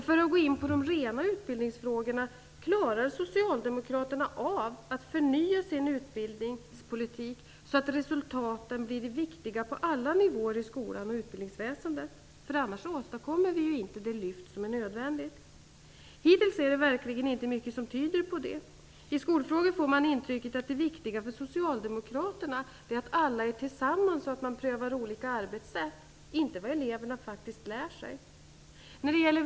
För att gå in på de rena utbildningsfrågorna: Klarar Socialdemokraterna av att förnya sin utbildningspolitik så att resultaten blir det viktiga på alla nivåer i skolan och utbildningsväsendet? Annars åstadkommer vi ju inte det lyft som är nödvändigt. Hittills är det verkligen inte mycket som tyder på det. I skolfrågor får man intrycket att det viktiga för socialdemokraterna är att alla är tillsammans och att man prövar olika arbetssätt - inte vad eleverna faktiskt lär sig.